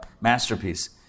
masterpiece